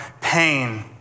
pain